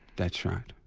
that's right.